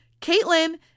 Caitlin